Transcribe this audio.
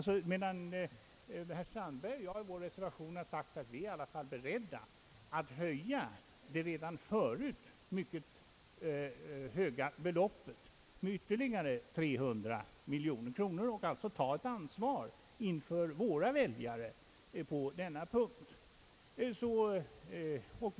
Herr Strandberg och jag har i vår reservation däremot sagt, att vi i alla fall är beredda att höja det redan förut mycket höga beloppet med ytterligare 300 miljoner kronor. Vi är alltså beredda att ta ett ansvar inför våra väljare på den punkten.